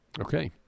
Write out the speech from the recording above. Okay